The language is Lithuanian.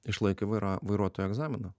išlaikė vaira vairuotojo egzaminą